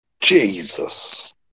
Jesus